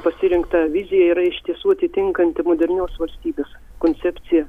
pasirinkta vizija yra iš tiesų atitinkanti modernios valstybės koncepciją